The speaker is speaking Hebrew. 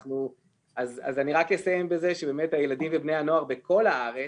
אני רק אסיים בזה שבאמת הילדים ובני הנוער בכל הארץ,